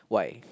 why